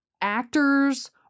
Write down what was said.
actors